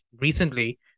recently –